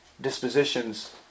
dispositions